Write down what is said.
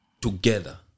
together